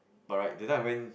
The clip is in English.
but right that time I went